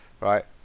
right